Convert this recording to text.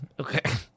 Okay